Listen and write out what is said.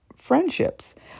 friendships